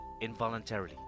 involuntarily